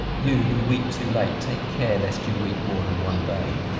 you who weep too late, take care lest you weep more than one day.